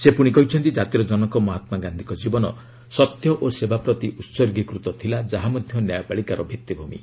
ସେ ପୁଣି କହିଛନ୍ତି କାତିର ଜନକ ମହାତ୍ମାଗାନ୍ଧିଙ୍କ ଜୀବନ ସତ୍ୟ ଓ ସେବା ପ୍ରତି ଉସର୍ଗୀକୃତ ଥିଲା ଯାହା ମଧ୍ୟ ନ୍ୟାୟପାଳିକାର ଭିତ୍ତିଭୂମି